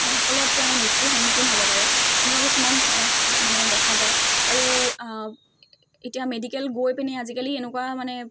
সেই ফলত তেওঁৰ মৃত্যুৰ সন্মুখীন হ'ব পাৰে এনেকুৱা কিছুমান হ মানে দেখা যায় আৰু এতিয়া মেডিকেল গৈ পিনে আজিকালি এনেকুৱা মানে